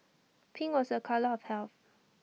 pink was A colour of health